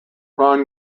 ron